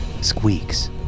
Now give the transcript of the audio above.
squeaks